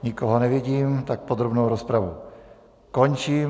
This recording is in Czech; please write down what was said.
Nikoho nevidím, tak podrobnou rozpravu končím.